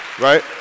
right